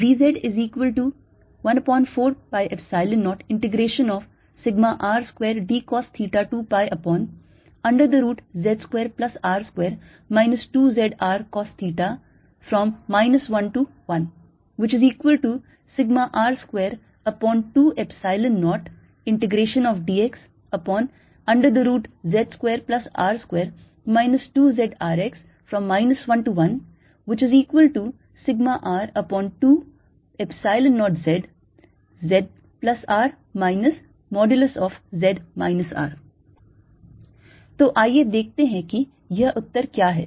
Vz14π0 11R2dcosθ2πz2R2 2zRcosθR220 11dXz2R2 2zRXσR20zzR z R तो आइए देखते हैं कि यह उत्तर क्या है यह उत्तर V z है sigma R over 2 Epsilon 0 z plus R minus modulus z minus R के बराबर है